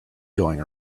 going